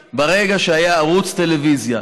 הממשלה הנוכחית כבר מסיימת שלוש שנים.